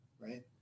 right